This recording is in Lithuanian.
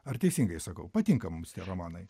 ar teisingai sakau patinka mums tie romanai